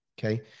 Okay